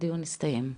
הדיון הסתיים.